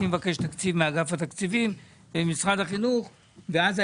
רק לנושא של המגזר הערבי ולא הגיע לחרדי.